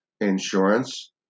insurance